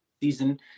season